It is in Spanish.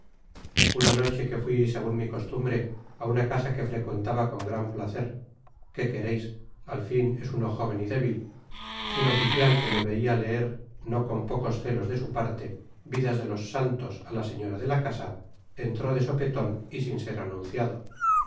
una noche que fui segun mi costumbre á una casa que frecuentaba ion gran placer qué quereis al lio es uno joven y débil un oficial que me veia leer no con pocos elos de su parte vidas de tos santos á la señora de la casa entró de sopeton y sin ser anunciado